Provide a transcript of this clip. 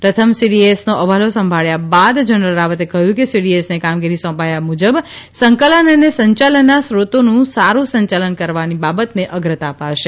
પ્રથમ સીડીએસનો હવાલો સંભાળ્યા બાદ જનરલ રાવતે કહ્યું કે સીડીએસને કામગીરી સોંપાયા મુજબ સંકલન અને સંયાલનના સ્રોતોનું સારૃં સંયાલન કરવાની બાબતને અગ્રતા અપાશે